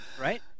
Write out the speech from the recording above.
right